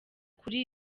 kuri